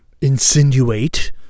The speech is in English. insinuate